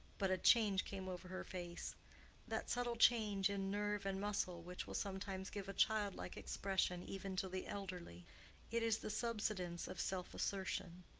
but a change came over her face that subtle change in nerve and muscle which will sometimes give a childlike expression even to the elderly it is the subsidence of self-assertion.